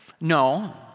No